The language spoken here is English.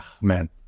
man